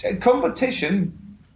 competition